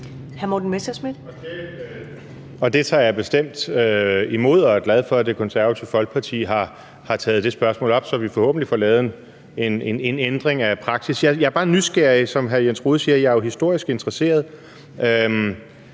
Det tager jeg bestemt imod, og jeg er glad for, at Det Konservative Folkeparti har taget det spørgsmål op, så vi forhåbentlig får lavet en ændring af praksis. Jeg er bare nysgerrig, for som hr. Jens Rohde siger, er jeg jo historisk interesseret: